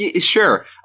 Sure